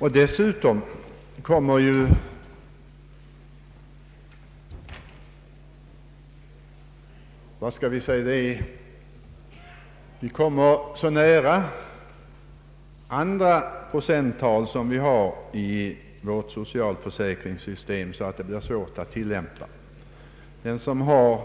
Vi kommer också så nära andra procenttal som vi har i vårt socialförsäkringssystem att det blir svårt att tillämpa. Den som har